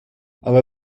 але